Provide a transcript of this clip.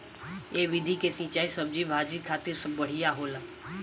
ए विधि के सिंचाई सब्जी भाजी खातिर बढ़िया होला